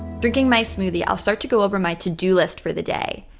drinking my smoothie, i'll start to go over my to do list for the day,